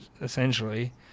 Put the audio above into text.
essentially